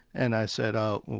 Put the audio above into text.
and i said, oh,